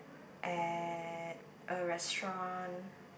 at a restaurant